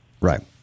Right